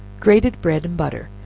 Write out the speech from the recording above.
grated bread and butter,